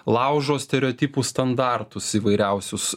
laužo stereotipus standartus įvairiausius